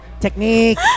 Technique